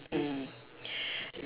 mm